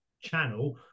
channel